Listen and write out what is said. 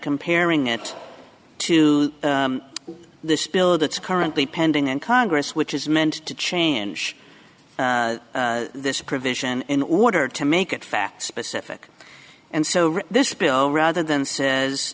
comparing it to this bill that's currently pending in congress which is meant to change this provision in order to make it fact specific and so this bill rather than says